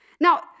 Now